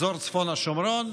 אזור צפון השומרון,